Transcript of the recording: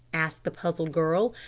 asked the puzzled girl.